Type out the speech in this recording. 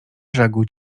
brzegu